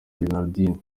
gerardine